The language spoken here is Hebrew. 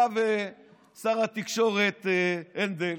אתה ושר התקשורת הנדל.